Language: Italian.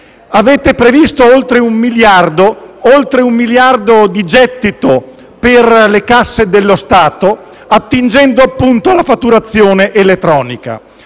avete previsto oltre un miliardo di gettito per le casse dello Stato, attingendo appunto alla fatturazione elettronica.